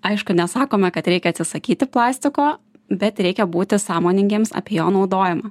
aišku nesakome kad reikia atsisakyti plastiko bet reikia būti sąmoningiems apie jo naudojimą